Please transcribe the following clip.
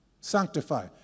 Sanctify